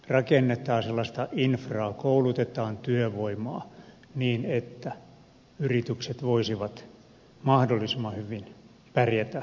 rakennetaan sellaista infraa koulutetaan työvoimaa niin että yritykset voisivat mahdollisimman hyvin pärjätä maailmanmarkkinoilla